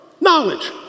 knowledge